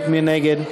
מי נגד?